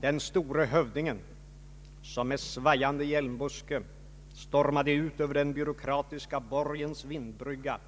Den store hövdingen som med svajande hjälmbuske stormade ut över den byråkratiska borgens vindbrygga